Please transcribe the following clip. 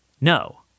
No